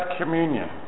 communion